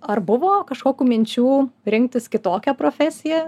ar buvo kažkokių minčių rinktis kitokią profesiją